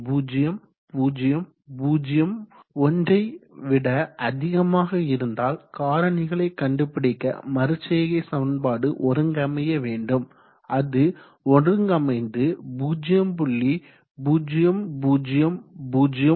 0001 யை விட அதிகமாக இருந்ததால் காரணிகளை கண்டுபிடிக்க மறுசெய்கை சமன்பாடு ஒருங்கமைய வேண்டும் அது ஒருங்கமைந்து 0